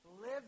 live